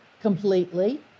completely